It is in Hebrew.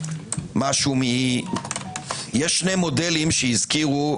יש שני מודלים שהזכירו,